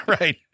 right